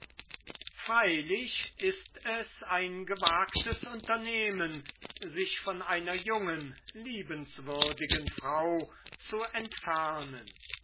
freilich ist es ein gewagtes unternehmen sich von einer jungen liebenswürdigen frau zu entfernen